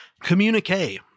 Communique